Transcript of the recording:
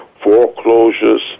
foreclosures